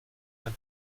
ein